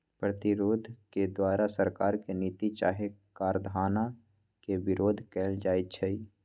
प्रतिरोध के द्वारा सरकार के नीति चाहे कराधान के विरोध कएल जाइ छइ